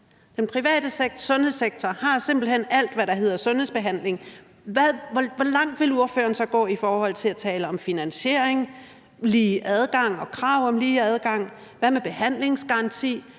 den private sundhedssektor simpelt hen har alt, hvad der hedder sundhedsbehandling. Hvor langt vil ordføreren så gå i forhold til at tale om finansiering, lige adgang og krav om lige adgang? Hvad med behandlingsgaranti?